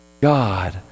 God